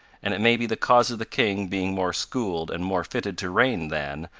and it may be the cause of the king being more schooled and more fitted to reign than,